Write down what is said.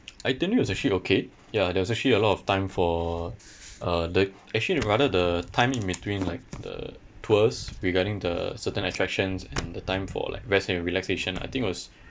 itinerary was actually okay ya there was actually a lot of time for uh the actually rather the time in between like the tours regarding the certain attractions and the time for like rest and relaxation I think was